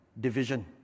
division